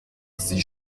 sie